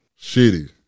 Shitty